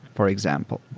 for example,